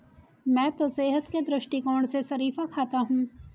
मैं तो सेहत के दृष्टिकोण से शरीफा खाता हूं